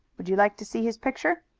would you like to see his picture?